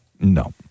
No